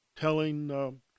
telling